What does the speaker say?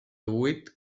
huit